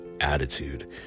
Attitude